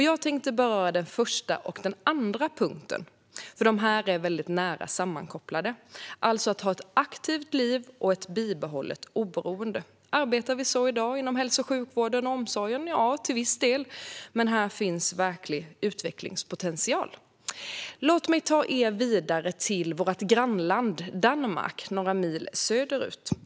Jag tänker beröra den första och den andra punkten, för de är nära sammankopplade - alltså att ha ett aktivt liv och ett bibehållet oberoende. Arbetar vi så i dag inom hälso och sjukvården och omsorgen? Ja, till viss del, men här finns verklig utvecklingspotential. Låt mig ta er vidare till vårt grannland Danmark, några mil söderut.